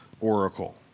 oracle